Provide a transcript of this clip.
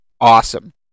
awesome